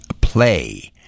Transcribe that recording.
play